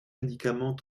médicament